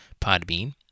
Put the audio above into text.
Podbean